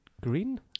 Green